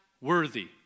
worthy